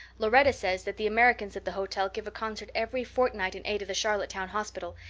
lauretta says that the americans at the hotel give a concert every fortnight in aid of the charlottetown hospital,